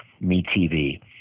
MeTV